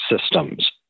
systems